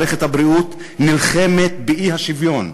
מערכת הבריאות נלחמת באי-שוויון.